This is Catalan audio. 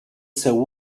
seu